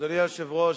אדוני היושב-ראש,